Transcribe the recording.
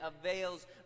avails